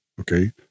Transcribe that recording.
okay